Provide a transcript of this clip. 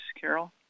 Carol